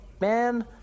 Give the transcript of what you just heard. man